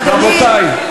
רבותי.